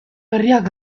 berriak